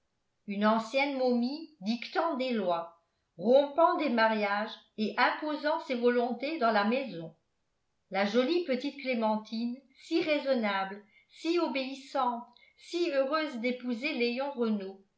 une ancienne momie dictant des lois rompant des mariages et imposant ses volontés dans la maison la jolie petite clémentine si raisonnable si obéissante si heureuse d'épouser léon renault